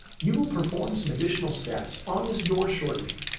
you will perform some additional steps on this door shortly.